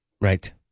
right